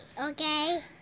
okay